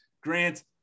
Grant